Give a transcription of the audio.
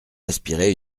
respirer